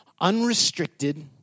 unrestricted